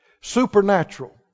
Supernatural